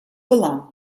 belang